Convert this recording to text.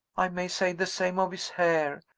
i may say the same of his hair.